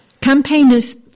Campaigners